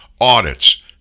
audits